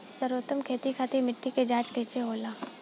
सर्वोत्तम खेती खातिर मिट्टी के जाँच कइसे होला?